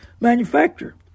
manufacturer